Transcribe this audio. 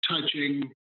touching